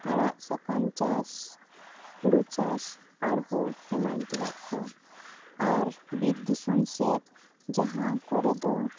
ᱟᱲᱟᱜ ᱥᱟᱠᱟᱢ ᱪᱟᱥ ᱦᱳᱲᱳ ᱪᱟᱥ ᱟᱨᱦᱚᱸ ᱮᱢᱟᱱ ᱛᱮᱭᱟᱜ ᱠᱚ ᱟᱨ ᱵᱤᱨ ᱫᱤᱥᱚᱢ ᱥᱮᱫ ᱡᱟᱦᱟᱸ ᱠᱚᱨᱮ ᱫᱚ